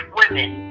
women